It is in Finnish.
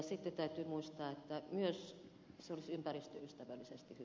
sitten täytyy muistaa että myös se olisi ympäristöystävällisesti